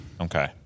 Okay